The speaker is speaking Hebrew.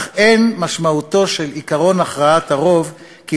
אך אין משמעותו של עקרון הכרעת הרוב כי